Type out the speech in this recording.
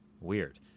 Weird